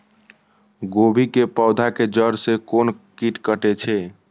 गोभी के पोधा के जड़ से कोन कीट कटे छे?